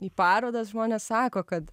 į parodas žmonės sako kad